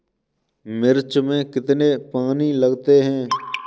मिर्च में कितने पानी लगते हैं?